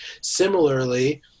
Similarly